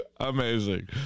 Amazing